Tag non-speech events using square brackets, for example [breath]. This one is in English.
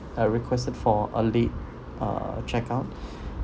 I requested for a late uh check out [breath]